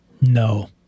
No